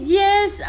yes